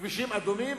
כבישים אדומים,